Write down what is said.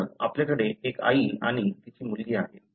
तर आपल्याकडे एक आई आणि तिची मुलगी आहे